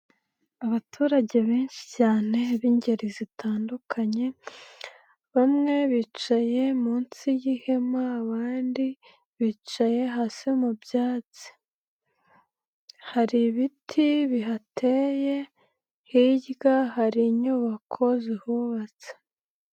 Abaturage benshi cyane b'ingeri zitandukanye bamwe bicaye munsi y'ihema abandi bicaye hasi mu byatsi, hari ibiti bihateyeye, hirya hari inyubako zihubatse.